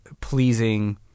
pleasing